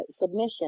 submission